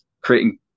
creating